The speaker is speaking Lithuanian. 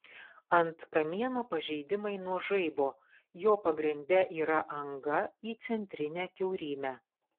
ant kamieno pažeidimai nuo žaibo jo pagrinde yra anga į centrinę kiaurymę